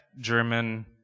German